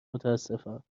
متاسفم